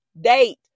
date